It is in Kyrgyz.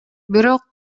бирок